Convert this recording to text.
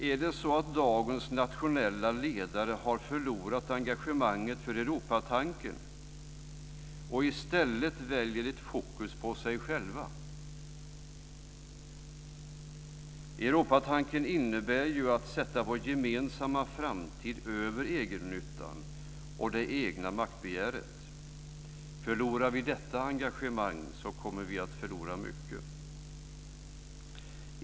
Är det så att dagens nationella ledare har förlorat engagemanget för Europatanken och i stället väljer ett fokus på sig själva? Europatanken innebär ju att sätta vår gemensamma framtid över egennyttan och det egna maktbegäret. Förlorar vi detta engagemang kommer vi att förlora mycket.